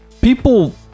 people